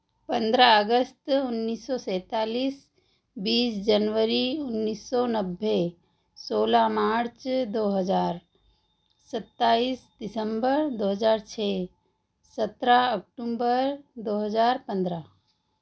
पन्द्रह अगस्त उन्नीस सौ सैंतालीस बीस जनवरी उन्नीस सौ नब्बे सोलह मार्च दो हज़ार सत्ताईस दिसम्बर दो हज़ार छः सत्रह अक्टूबर दो हज़ार पन्द्रह